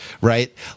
right